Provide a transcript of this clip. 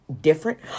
different